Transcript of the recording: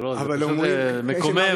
זה פשוט מקומם,